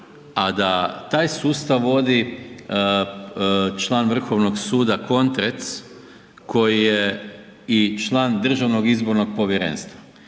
a da taj sustav vodi član Vrhovnog suda Kontrec, koji je i član Državnog izbornog povjerenstva.